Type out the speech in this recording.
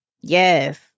Yes